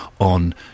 on